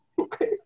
Okay